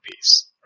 piece